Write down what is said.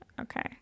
okay